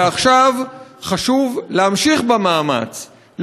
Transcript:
ועכשיו חשוב להמשיך במאמץ,